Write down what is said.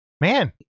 man